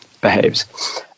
behaves